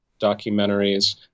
documentaries